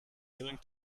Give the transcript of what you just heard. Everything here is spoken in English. willing